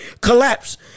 collapse